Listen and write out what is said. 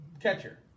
catcher